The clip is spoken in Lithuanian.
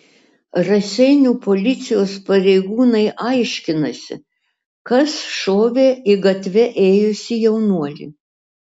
raseinių policijos pareigūnai aiškinasi kas šovė į gatve ėjusį jaunuolį